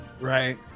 right